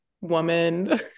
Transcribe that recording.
woman